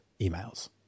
emails